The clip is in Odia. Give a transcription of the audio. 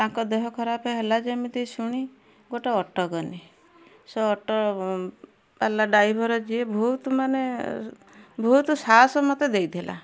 ତାଙ୍କ ଦେହ ଖରାପ ହେଲା ଯେମିତି ଶୁଣି ଗୋଟେ ଅଟୋ କନି ସେ ଅଟୋବାଲା ଡ୍ରାଇଭର ଯିଏ ଭଉତୁ ମାନେ ଭଉତୁ ସାହସ ମତେ ଦେଇଥିଲା